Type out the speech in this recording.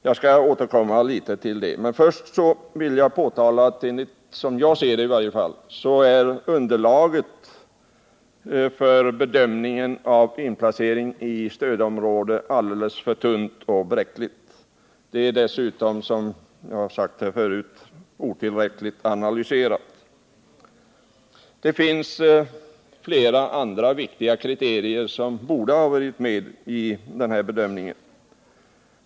Jag skall återkomma något till detta, men först vill jag framhålla att som jag ser det i varje fall är underlaget för bedömningen av inplaceringen i stödområde alldeles för tunt och bräckligt. Det är dessutom, som jag har sagt här förut, otillräckligt analyserat. Det finns flera andra viktiga kriterier som borde ha varit med i bedömningen.